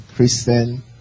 Christian